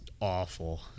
awful